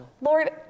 lord